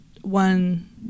one